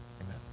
Amen